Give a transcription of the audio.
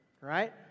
right